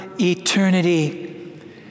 eternity